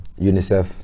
UNICEF